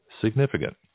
significant